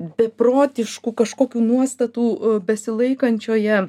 beprotiškų kažkokių nuostatų besilaikančioje